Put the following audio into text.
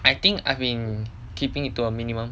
I think I've been keeping it to a minimum